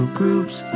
groups